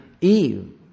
Eve